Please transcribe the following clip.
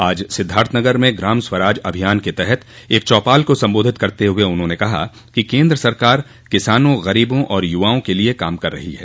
आज सिद्वार्थनगर में ग्राम स्वराज अभियान के तहत एक चौपाल को संबोधित करते हुए उन्होंने कहा कि केन्द्र सरकार किसानों गरीबों और युवाओं के लिए काम कर रही है